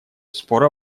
спора